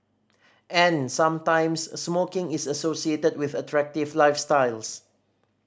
and sometimes smoking is associated with attractive lifestyles